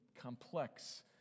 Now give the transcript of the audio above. complex